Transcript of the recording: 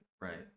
right